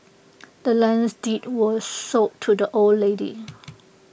the land's deed was sold to the old lady